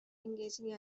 engaging